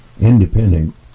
independent